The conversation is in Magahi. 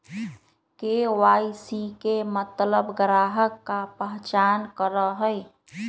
के.वाई.सी के मतलब ग्राहक का पहचान करहई?